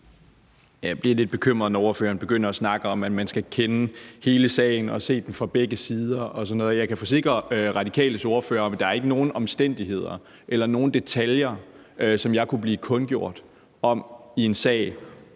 Jeg bliver lidt bekymret, når ordføreren begynder at snakke om, at man skal kende hele sagen og se den fra begge sider og sådan noget. Jeg kan forsikre Radikales ordfører om, at der ikke er nogen omstændigheder eller nogen detaljer, som jeg kunne blive kundgjort om i en sag